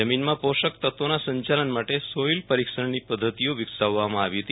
જમીનમાં પોષક તત્વોના સંચાલન માટે સોઈલ પરીક્ષણની પધ્ધતિઓ વીકસાવવામાં આવી હતી